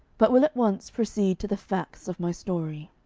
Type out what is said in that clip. but will at once proceed to the facts of my story.